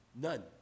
None